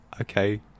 Okay